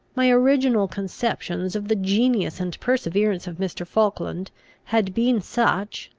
my original conceptions of the genius and perseverance of mr. falkland had been such,